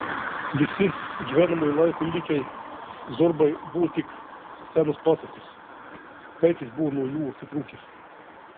visi gyvenamojo laiko įvykiai zorbai buvo tik senos pasakos taip jis buvo nuo jų atitrūkęs